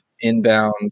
inbound